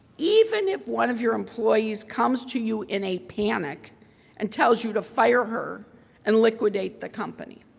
even if one of your employees comes to you in a panic and tells you to fire her and liquidate the company.